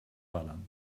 ballern